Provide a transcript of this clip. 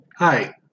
Hi